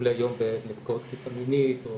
בטיפולי יום בנפגעות תקיפה מינית או